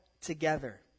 together